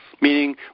meaning